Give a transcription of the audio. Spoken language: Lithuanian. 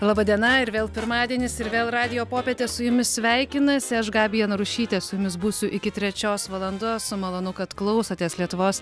laba diena ir vėl pirmadienis ir vėl radijo popietė su jumis sveikinas aš gabija narušytė su jumis būsiu iki trečios valandos malonu kad klausotės lietuvos